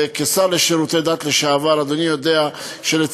כשר לשירותי דת לשעבר אדוני יודע שאין כיום,